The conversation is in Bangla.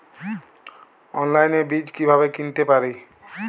অনলাইনে বীজ কীভাবে কিনতে পারি?